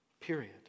period